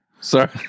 Sorry